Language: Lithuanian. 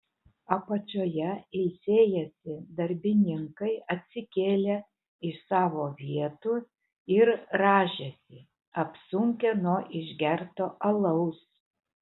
apačioje ilsėjęsi darbininkai atsikėlė iš savo vietų ir rąžėsi apsunkę nuo išgerto alaus